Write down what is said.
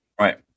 Right